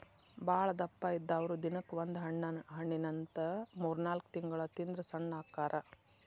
ಬಾಳದಪ್ಪ ಇದ್ದಾವ್ರು ದಿನಕ್ಕ ಒಂದ ಹಣ್ಣಿನಂತ ಮೂರ್ನಾಲ್ಕ ತಿಂಗಳ ತಿಂದ್ರ ಸಣ್ಣ ಅಕ್ಕಾರ